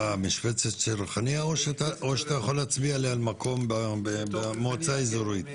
במשבצת של ריחאניה או שאתה יכול להצביע לי על מקום במועצה האזורית?